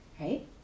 right